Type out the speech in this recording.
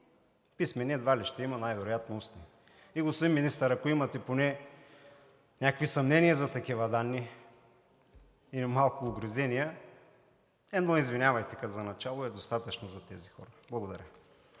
Писмени едва ли ще има. Най-вероятно… Господин Министър, ако имате поне някакви съмнения за такива данни и малко угризения, едно „извинявайте“ като начало е достатъчно за тези хора. Благодаря.